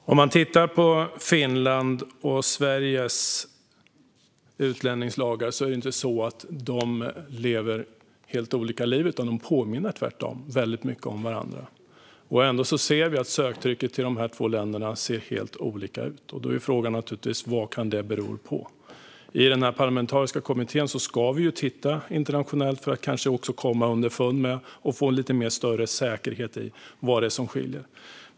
Fru talman! Om man tittar på Sveriges och Finlands utlänningslagar ser man att de inte lever helt olika liv utan tvärtom påminner väldigt mycket om varandra. Ändå ser vi att söktrycket till dessa två länder ser helt olika ut, och då är frågan naturligtvis vad det kan bero på. I den parlamentariska kommittén ska vi titta internationellt för att kanske komma underfund med och få lite mer säkerhet i vad det är som skiljer.